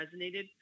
resonated